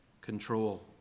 control